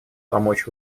помочь